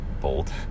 bold